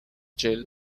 jill